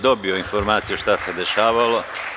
Dobio sam informaciju šta se dešavalo.